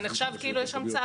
זה נחשב כאילו יש המצאה.